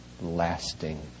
lasting